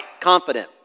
confident